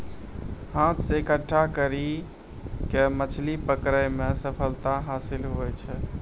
हाथ से इकट्ठा करी के मछली पकड़ै मे सफलता हासिल हुवै छै